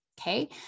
Okay